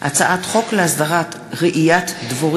רועי פולקמן,